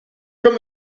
from